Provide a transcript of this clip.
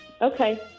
Okay